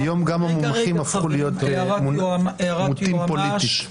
היום גם המומחים הפכו להיות מוטים פוליטית.